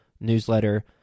newsletter